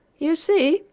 you see,